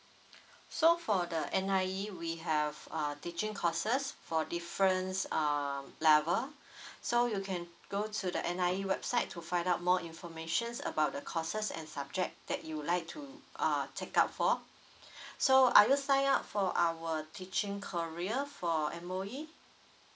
so for the N_I_E we have uh teaching courses for different uh level so you can go to the N_I_E website to find out more information about the courses and subject that you would like to uh check out for so are you sign up for our teaching korea for M_O_E